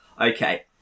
okay